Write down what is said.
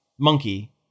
monkey